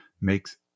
makes